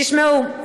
תשמעו,